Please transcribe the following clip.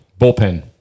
bullpen